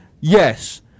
yes